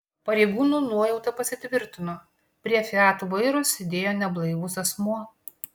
pareigūnų nuojauta pasitvirtino prie fiat vairo sėdėjo neblaivus asmuo